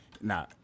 Nah